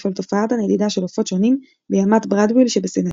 על תופעת הנדידה של עופות שונים בימת ברדאוויל שבסיני.